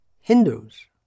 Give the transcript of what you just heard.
Hindus